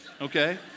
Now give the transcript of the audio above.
okay